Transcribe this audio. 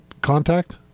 contact